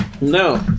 No